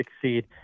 succeed